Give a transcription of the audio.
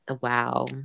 Wow